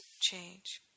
change